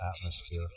Atmosphere